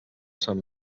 sant